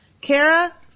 Kara